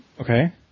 Okay